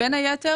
בין היתר,